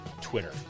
Twitter